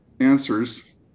answers